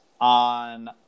on